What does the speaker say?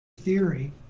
Theory